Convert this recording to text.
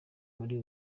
muri